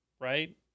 right